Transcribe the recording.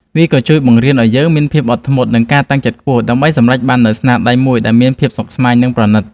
វាក៏ជួយបង្រៀនឱ្យយើងមានភាពអត់ធ្មត់ និងការតាំងចិត្តខ្ពស់ ដើម្បីសម្រេចបាននូវស្នាដៃមួយដែលមានភាពស្មុគស្មាញ និងប្រណីត។